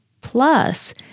Plus